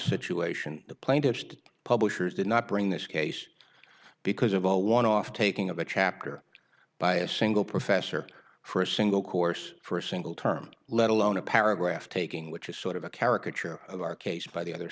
situation the plaintiffs the publishers did not bring this case because of all want to off taking a chapter by a single professor for a single course for a single term let alone a paragraph taking which is sort of a caricature of our case by the other